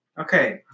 Okay